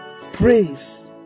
praise